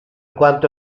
quanto